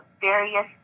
various